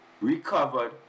recovered